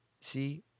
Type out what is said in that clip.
See